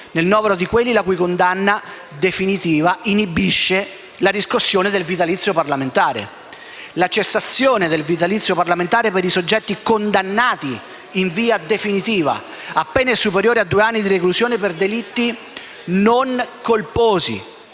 nel novero di quelli la cui condanna definitiva inibisce la riscossione del vitalizio parlamentare; la cessazione del vitalizio parlamentare per i soggetti condannati in via definitiva a pene superiori a due anni di reclusione per delitti non colposi,